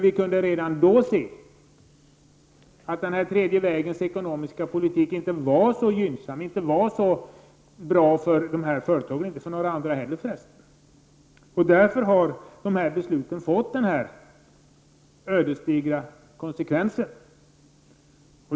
Vi kunde redan då se att den tredje vägens ekonomiska politik inte var så gynnsam, inte var så bra för de här företagen — och inte för några andra heller för resten. Därför har besluten fått ödesdigra konsekvenser.